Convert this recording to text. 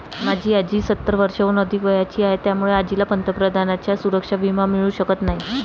माझी आजी सत्तर वर्षांहून अधिक वयाची आहे, त्यामुळे आजीला पंतप्रधानांचा सुरक्षा विमा मिळू शकत नाही